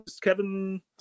Kevin